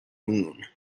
moon